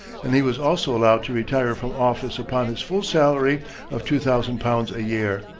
and he was also allowed to retire from office upon his full salary of two thousand pounds a year.